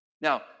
Now